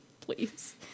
please